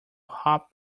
hot